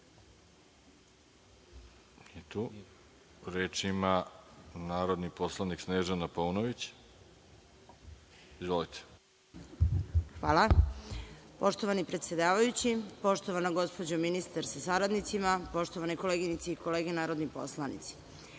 tu. Reč ima narodni poslanik Snežana Paunović. Izvolite. **Snežana Paunović** Hvala. Poštovani predsedavajući, poštovana gospođo ministar sa saradnicima, poštovane koleginice i kolege narodni poslanici,